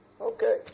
Okay